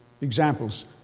examples